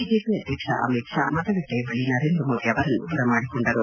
BJP ಅಧ್ಯಕ್ಷ ಅಮಿತ್ ಶಾ ಮತಗಟ್ಟೆಯ ಬಳಿ ನರೇಂದ್ರ ಮೋದಿ ಅವರನ್ನು ಬರಮಾಡಿಕೊಂಡರು